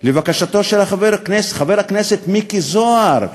לבקשתו של חבר הכנסת מיקי זוהר,